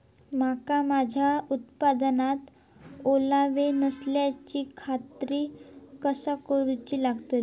मका माझ्या उत्पादनात ओलावो नसल्याची खात्री कसा करुची लागतली?